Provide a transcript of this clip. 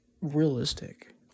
realistic